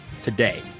today